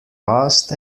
passed